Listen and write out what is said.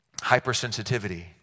hypersensitivity